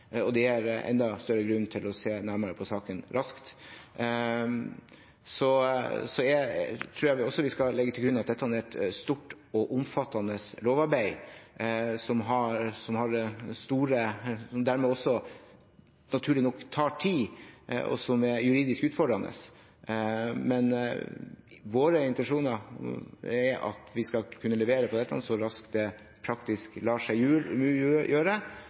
og gir enda større grunn til å se nærmere på saken, raskt. Jeg tror vi også skal legge til grunn at dette er et stort og omfattende lovarbeid, som dermed, naturlig nok, tar tid og er juridisk utfordrende. Våre intensjoner er at vi skal kunne levere på dette så raskt det praktisk lar seg